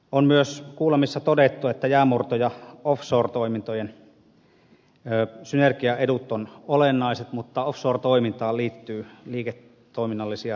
on myös kuulemisissa todettu että jäänmurto ja off shore toimintojen synergiaedut on olennaiset mutta off shore toimintaan liittyy liiketoiminnallisia riskejä